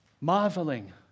marveling